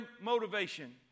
motivation